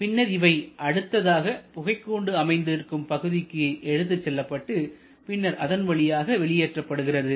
பின்னர் இவை அடுத்ததாக புகைக்கூண்டு அமைந்திருக்கும் பகுதிக்கு எடுத்துச் செல்லப்பட்டு பின்னர் அதன் வழியாக வெளியேற்றப்படுகிறது